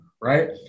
right